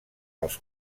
als